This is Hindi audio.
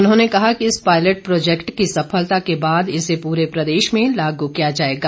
उन्होंने कहा कि इस पायलट प्रोजैक्ट की सफलता के बाद इसे पूरे प्रदेश में लागू किया जाएगा